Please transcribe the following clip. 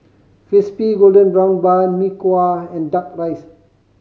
Crispy Golden Brown Bun Mee Kuah and Duck Rice